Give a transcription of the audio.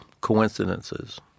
coincidences